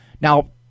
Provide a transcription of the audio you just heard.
Now